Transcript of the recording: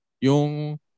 yung